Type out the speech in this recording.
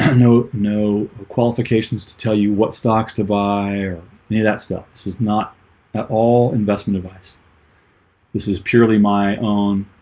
no, no qualifications to tell you what stocks to buy any of that stuff. this is not at all investment advice this is purely my own